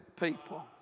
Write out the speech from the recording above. people